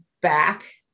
back